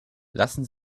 lassen